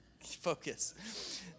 focus